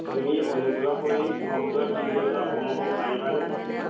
তুমি অনুগ্ৰহ কৰি শব্দৰ তীব্ৰতা কমাব পাৰিবানে